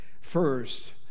first